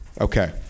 Okay